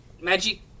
magic